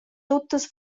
tuttas